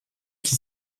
qui